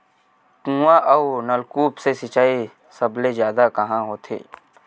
कुआं अउ नलकूप से सिंचाई सबले जादा कहां होथे?